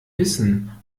wissen